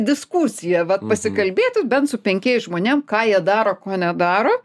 diskusiją vat pasikalbėti bent su penkiais žmonėm ką jie daro ko nedaro